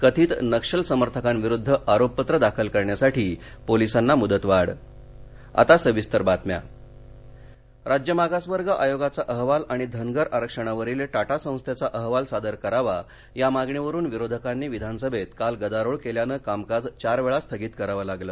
कथित नक्षल समर्थकांविरुद्ध आरोपपत्र दाखल करण्यासाठी पोलिसांना मुदतवाढ विधीमंडळ राज्य मागास वर्ग आय़ोगाचा अहवाल आणि धनगर आरक्षणावरील टाटा संस्थेचा अहवाल सादर करावा या मागणीवरुन विरोधकांनी विधानसभेत काल गदारोळ केल्यानं कामकाज चारवेळा स्थगित करावं लागलं